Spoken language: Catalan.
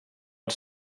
els